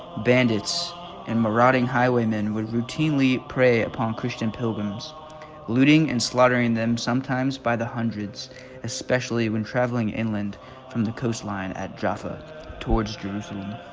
bandits and marauding highwayman would routinely prey upon christian pilgrims looting and slaughtering them sometimes by the hundreds especially when traveling inland from the coastline at jaffa towards jerusalem.